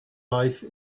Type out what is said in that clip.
life